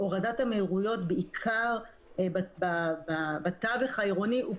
הורדת המהירויות בעיקר בתווך העירוני הוא